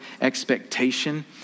expectation